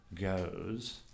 goes